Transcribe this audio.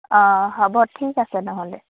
অঁ হ'ব ঠিক আছে নহ'লে